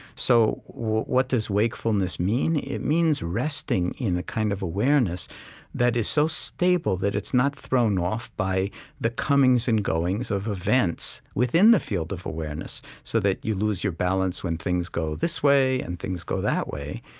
so what does wakefulness mean? it means resting in a kind of awareness that is so stable that it's not thrown off by the comings and goings of events within the field of awareness. so that you lose your balance when things go this way and things go that way,